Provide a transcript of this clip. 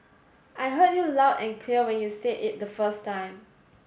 I heard you loud and clear when you said it the first time